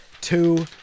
two